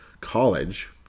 College